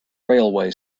railway